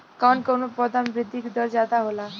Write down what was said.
कवन कवने पौधा में वृद्धि दर ज्यादा होला?